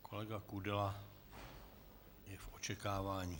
Kolega Kudela je v očekávání.